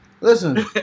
Listen